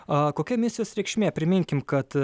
o kokia misijos reikšmė priminkim kad